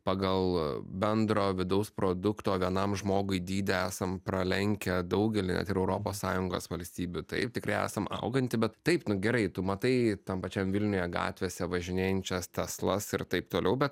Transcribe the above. pagal bendro vidaus produkto vienam žmogui dydį esam pralenkę daugelį ir europos sąjungos valstybių taip tikrai esam auganti bet taip gerai tu matai tam pačiam vilniuje gatvėse važinėjančias teslas ir taip toliau bet